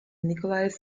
nikolai